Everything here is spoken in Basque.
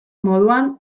moduan